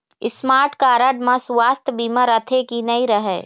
Smart card म सुवास्थ बीमा रथे की नई रहे?